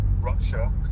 Russia